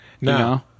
No